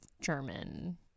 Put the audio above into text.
German